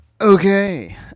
Okay